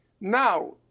Now